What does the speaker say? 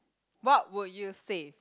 what would you save